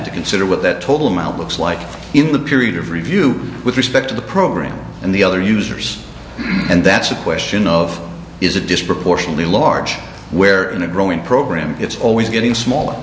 to consider what that total amount looks like in the period of review with respect to the program and the other users and that's a question of is a disproportionately large where in a growing program it's always getting smaller